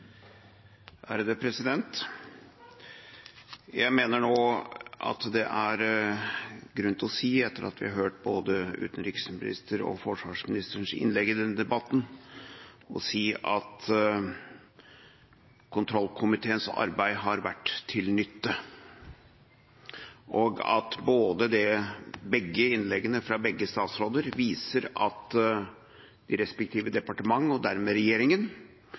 har hørt både utenriksministerens og forsvarsministerens innlegg i denne debatten, at det er grunn til å si at kontrollkomiteens arbeid har vært til nytte. Begge innleggene fra begge statsråder viser at de respektive departement, og dermed regjeringen,